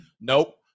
Nope